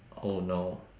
oh no